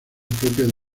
propiedad